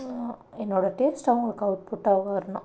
என்னோடய டேஸ்ட்டு அவங்களுக்கு அவுட்புட்டாக வரணும்